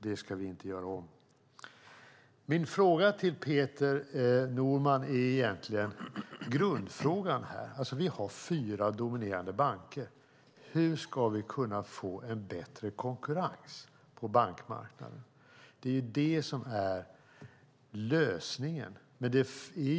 Det ska vi inte göra om. Min fråga till Peter Norman är egentligen grundfrågan. Vi har fyra dominerande banker. Hur ska vi kunna få bättre konkurrens på bankmarknaden? Det är ju lösningen.